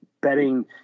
betting